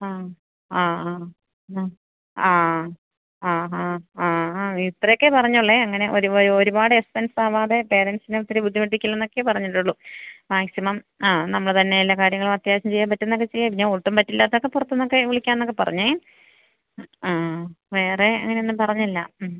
ആ ആ ആ ആ ആ ആ ഹാ ആ ഹാ ഇത്രയൊക്കെയെ പറഞ്ഞുള്ളൂ അങ്ങനെ ഒരു ഒരു ഒരുപാട് എക്സ്പെന്സ് ആകാതെ പേരൻസിനെ ഒത്തിരി ബുദ്ധിമുട്ടിക്കല്ലെ എന്നൊക്കെയെ പറഞ്ഞിട്ടുള്ളൂ മാക്സിമം ആ നമ്മള് തന്നെ എല്ലാ കാര്യങ്ങളും അത്യാവശ്യം ചെയ്യാന് പറ്റുന്നതൊക്കെ ചെയ്യുക പിന്നെ ഒട്ടും പറ്റില്ലാത്തതൊക്കെ പുറത്തു നിന്നൊക്കെ വിളിക്കാമെന്നൊക്കെ പറഞ്ഞു ആ വേറെ അങ്ങനെയൊന്നും പറഞ്ഞില്ല മ്